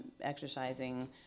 exercising